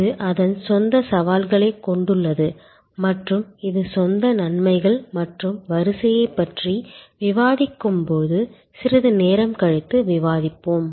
இது அதன் சொந்த சவால்களைக் கொண்டுள்ளது மற்றும் இது சொந்த நன்மைகள் மற்றும் வரிசையைப் பற்றி விவாதிக்கும்போது சிறிது நேரம் கழித்து விவாதிப்போம்